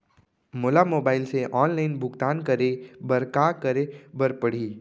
मोला मोबाइल से ऑनलाइन भुगतान करे बर का करे बर पड़ही?